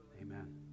Amen